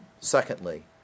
Secondly